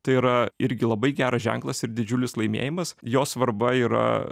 tai yra irgi labai geras ženklas ir didžiulis laimėjimas jo svarba yra